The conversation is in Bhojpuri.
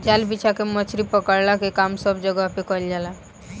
जाल बिछा के मछरी पकड़ला के काम सब जगह पे कईल जाला